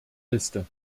liste